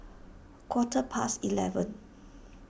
quarter past eleven